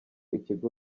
ikigo